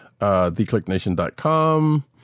theclicknation.com